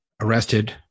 arrested